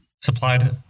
supplied